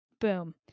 boom